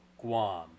Guam